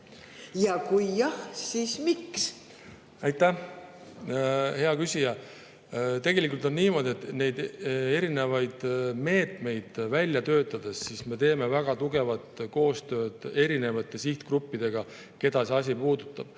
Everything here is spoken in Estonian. Kui jah, siis miks? Aitäh, hea küsija! Tegelikult on niimoodi, et meetmeid välja töötades me teeme väga tugevat koostööd erinevate sihtgruppidega, keda see asi puudutab.